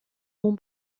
bon